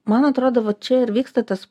man atrodo va čia ir vyksta tas